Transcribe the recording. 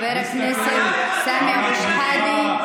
חבר הכנסת סמי אבו שחאדה,